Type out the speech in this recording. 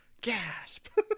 gasp